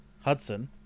Hudson